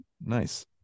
Nice